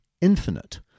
infinite